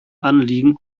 anliegen